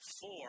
four